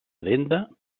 addenda